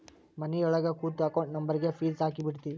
ಮನಿಯೊಳಗ ಕೂತು ಅಕೌಂಟ್ ನಂಬರ್ಗ್ ಫೇಸ್ ಹಾಕಿಬಿಡ್ತಿವಿ